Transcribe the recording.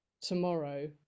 tomorrow